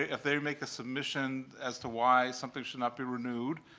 if they make a submission as to why something should not be renewed,